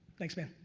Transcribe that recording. thanks man.